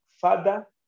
Father